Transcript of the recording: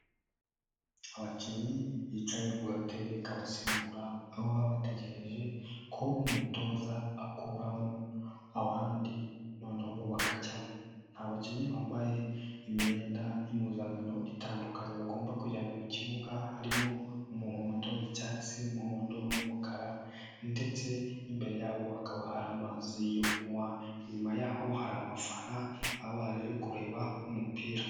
Abakinnyi bicaye ku gatebe kabasimbura aho bategereje ko umutoza akuramo abandi noneho bo bakajyamo, ni abakinnyi bambaye imyenda y'impuzankano itandukanye bagomba kujyana mu kibuga harimo umuhondo, icyatsi, umuhondo n'umukara ndetse n'imbere yabo hakaba hari amazi yo kunywa, inyuma yaho hari abafana baba baje kureba umupira.